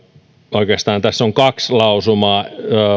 oikeastaan tässä on kaksi lausumaa